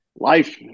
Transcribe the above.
Life